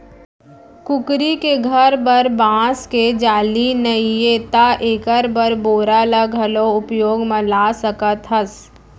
कुकरी के घर बर बांस के जाली नइये त एकर बर बोरा ल घलौ उपयोग म ला सकत हस